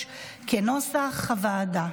כנוסח הוועדה.